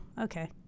okay